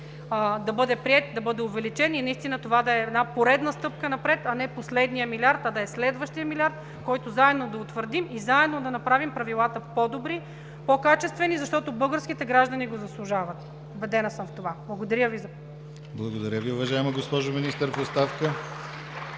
да бъде приет, да бъде увеличен и наистина това да е една поредна стъпка напред, а не последния милиард, а да е следващият милиард, който заедно да утвърдим и заедно да направим правилата по-добри, по-качествени, защото българските граждани го заслужават. Убедена съм в това. Благодаря Ви. ПРЕДСЕДАТЕЛ ДИМИТЪР ГЛАВЧЕВ: